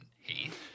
Heath